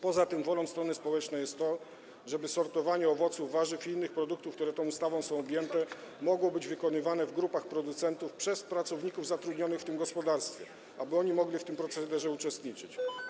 Poza tym wolą strony społecznej jest to, żeby sortowanie owoców, warzyw i innych produktów, które tą ustawą są objęte, mogło być wykonywane w grupach producentów przez pracowników zatrudnionych w tym gospodarstwie, aby oni mogli w tym uczestniczyć.